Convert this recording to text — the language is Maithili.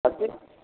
कथी